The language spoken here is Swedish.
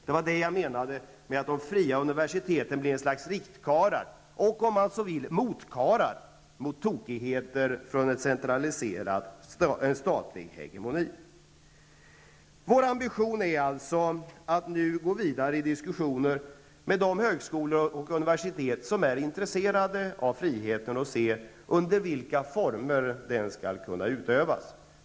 Det var det jag menade med att de fria universiteten blir ett slags riktkara, eller om man så vill en motkara, mot tokigheter från en statlig hegemoni. Vår ambition är alltså att nu gå vidare i diskussioner med de högskolor och universitet som är intresserade av friheten och se under vilka former den skall kunna utövas.